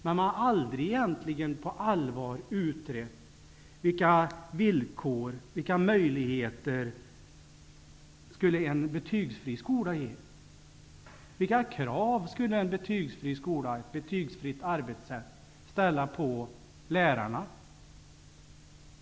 Men man har egentligen aldrig på allvar utrett vilka villkor och möjligheter en betygsfri skola skulle erbjuda. Vilka krav skulle ett betygsfritt arbetssätt ställa på lärarna?